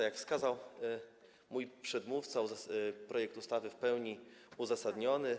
Jak wskazał mój przedmówca, projekt ustawy jest w pełni uzasadniony.